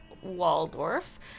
Waldorf